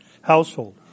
household